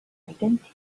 identity